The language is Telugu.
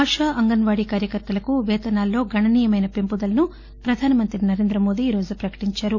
ఆశ ఆంగన్ వాడి కార్యకర్తలకు వేతనాల్లో గణనీయమైన పెంపుదలను ప్రధానమంత్రి నరేంద్రమోదీ ఈరోజు ప్రకటించారు